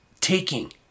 taking